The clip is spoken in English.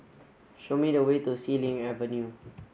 show me the way to Xilin Avenue